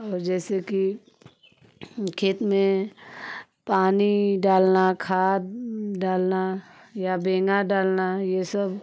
और जैसे कि खेत में पानी डालना खाद डालना या बेंगा डालना ये सब